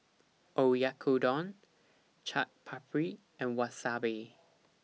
Oyakodon Chaat Papri and Wasabi